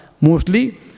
Mostly